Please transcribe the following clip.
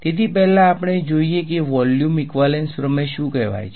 તેથી પહેલા આપણે જોઈએ કે વોલ્યુમ ઈકવાલેન્સ પ્રમેય શું કહેવાય છે